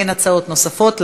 אין הצעות נוספות,